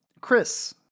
Chris